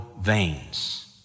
veins